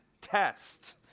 Test